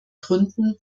gründen